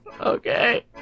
Okay